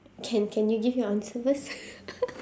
can can you give your answer first